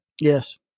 Yes